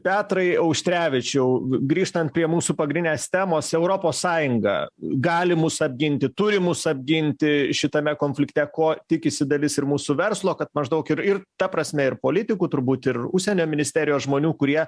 petrai auštrevičiau grįžtant prie mūsų pagrindinės temos europos sąjunga gali mus apginti turi mus apginti šitame konflikte ko tikisi dalis ir mūsų verslo kad maždaug ir ir ta prasme ir politikų turbūt ir užsienio ministerijos žmonių kurie